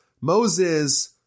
Moses